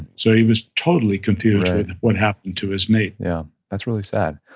so he was totally confused with what happened to his mate yeah that's really sad.